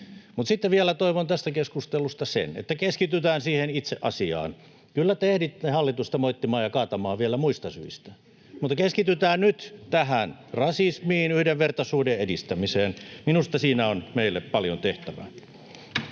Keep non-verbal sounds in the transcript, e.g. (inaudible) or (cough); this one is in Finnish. sitten vielä toivon tästä keskustelusta sitä, että keskitytään siihen itse asiaan. Kyllä te ehditte hallitusta moittimaan ja kaatamaan vielä muista syistä, (laughs) mutta keskitytään nyt tähän rasismiin, yhdenvertaisuuden edistämiseen. Minusta siinä on meille paljon tehtävää.